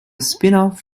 spinoff